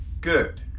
Good